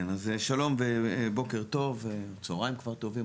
שלום וצוהריים טובים,